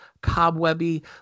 cobwebby